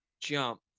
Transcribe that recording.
jump